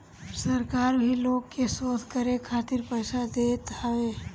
सरकार भी लोग के शोध करे खातिर पईसा देत हवे